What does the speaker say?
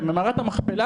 ובמערכת המכפלה.